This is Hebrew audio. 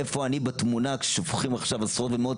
איפה אני בתמונה כששופכים עכשיו עשרות ומאות